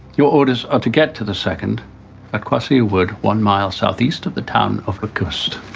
your orders are to get to the second kwasi would one miles southeast of the town of the coast.